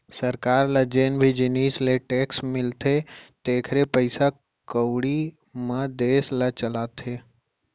सरकार ल जेन भी जिनिस ले टेक्स मिलथे तेखरे पइसा कउड़ी म देस ल चलाथे